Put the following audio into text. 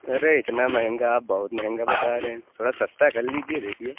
ارے اتنا مہنگا آپ بہت مہنگا بتا رہے ہیں تھوڑا سَستا کر لیجیے دیکھیے